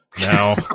Now